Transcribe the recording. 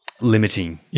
limiting